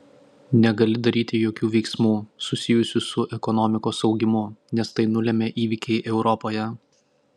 negali daryti jokių veiksmų susijusių su ekonomikos augimu nes tai nulemia įvykiai europoje